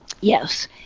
Yes